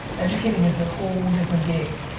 educating is a whole different game.